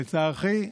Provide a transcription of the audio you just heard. לצערי,